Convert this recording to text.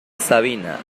sabina